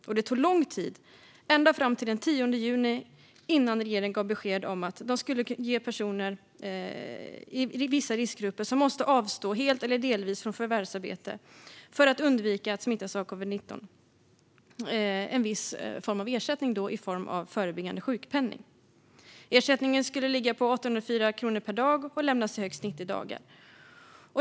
Och det tog lång tid, ända fram till den 10 juni, innan regeringen gav besked om att de skulle ge personer i vissa riskgrupper som måste avstå helt eller delvis från förvärvsarbete för att undvika att smittas av covid-19 en ersättning i form av förebyggande sjukpenning. Ersättningen skulle ligga på 804 kronor per dag och lämnas i högst 90 dagar.